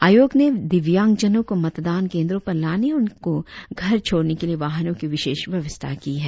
आयोग ने दिव्यांगजनों को मतदान केंद्रो पर लाने और उनको घर छोड़ने के लिए वाहनों की विशेष व्यवस्था की है